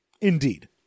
Indeed